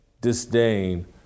disdain